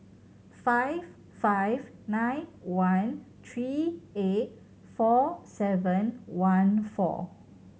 five five nine one three eight four seven one four